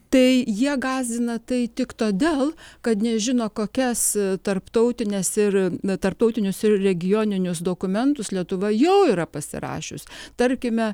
tai jie gąsdina tai tik todėl kad nežino kokias tarptautines ir tarptautinius ir regioninius dokumentus lietuva jau yra pasirašius tarkime